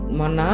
mana